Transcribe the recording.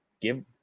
give